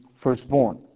firstborn